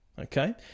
okay